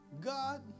God